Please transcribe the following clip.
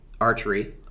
archery